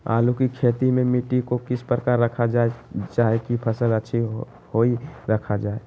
आलू की खेती में मिट्टी को किस प्रकार रखा रखा जाए की फसल अच्छी होई रखा जाए?